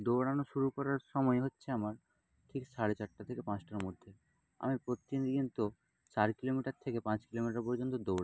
দৌড়ানো শুরু করার সময় হচ্ছে আমার ঠিক সাড়ে চারটে থেকে পাঁচটার মধ্যে আমি প্রতিনিয়ত চার কিলোমিটার থেকে পাঁচ কিলোমিটার পর্যন্ত দৌড়াই